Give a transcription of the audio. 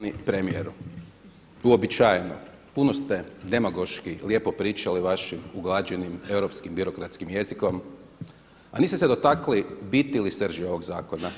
Poštovani premijeru, uobičajeno puno ste demagoški lijepo pričali vašim uglađenim europskim birokratskim jezikom, a niste se dotakli biti ili srži ovog zakona.